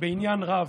בעניין רב.